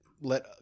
let